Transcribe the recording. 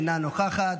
אינה נוכחת,